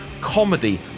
comedy